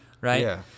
right